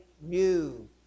new